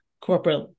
corporate